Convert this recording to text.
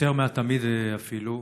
יותר מתמיד, אפילו,